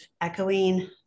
echoing